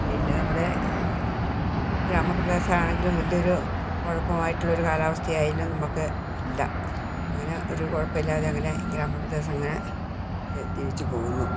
പിന്നെ നമ്മുടെ ഗ്രാമപ്രദേശം ആണെങ്കിലും വലിയൊരു കുഴപ്പം ആയിട്ടുള്ളൊരു കാലാവസ്ഥ ആയാലും നമുക്ക് ഇല്ല അങ്ങനെ ഒരു കുഴപ്പമില്ലാതെ അങ്ങനെ ഗ്രാമപ്രദേശം അങ്ങനെ ജെ ജീവിച്ച് പോകുന്നു